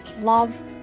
love